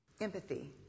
Empathy